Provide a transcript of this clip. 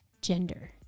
gender